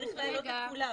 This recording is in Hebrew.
צריך להעלות את כולם.